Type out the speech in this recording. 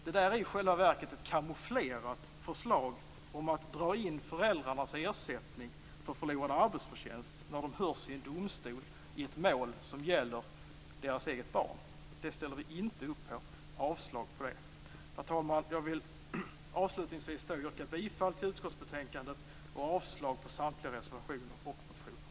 Detta är i själva verket ett kamouflerat förslag om att dra in föräldrarnas ersättning för förlorad arbetsförtjänst när de hörs i domstol i ett mål som gäller deras eget barn. Det ställer vi inte upp på. Jag yrkar avslag på förslaget. Herr talman! Jag vill avslutningsvis yrka bifall till hemställan i utskottsbetänkandet och avslag på samtliga reservationer och motioner.